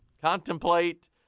contemplate